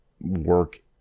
work